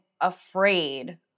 Afraid